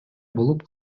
болуп